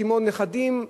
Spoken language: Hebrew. כמו נכדים,